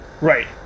Right